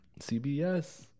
CBS